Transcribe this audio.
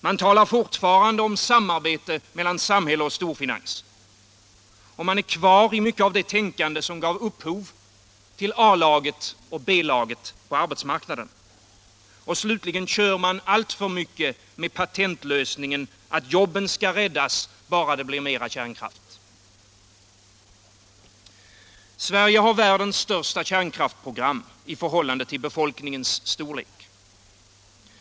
Man talar fortfarande om samarbete mellan samhälle och storfinans. Man är kvar i det tänkande som gav upphov till A-laget och B-laget på arbetsmarknaden. Och slutligen kör man för mycket med patentlösningen att jobben skall räddas bara det blir mera kärnkraft. Sverige har världens största kärnkraftsprogram i förhållande till befolkningens storlek.